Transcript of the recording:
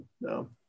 No